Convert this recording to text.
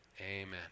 Amen